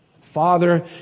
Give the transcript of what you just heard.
Father